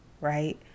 right